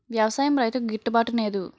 వ్యవసాయం రైతుకి గిట్టు బాటునేదు